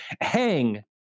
hang